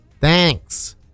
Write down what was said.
Thanks